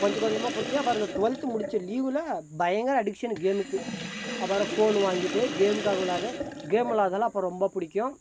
கொஞ்சம் கொஞ்சமாக பிடிச்சி அப்புறம் அந்த டுவெல்த்து முடித்து லீவில் பயங்கர அடிக்சன் கேமுக்கு அப்புறம் ஃபோன் வாங்கிகிட்டு கேமுக்காக விளையாடுவேன் கேம் விளையாடுறதினால அப்போ ரொம்ப பிடிக்கும்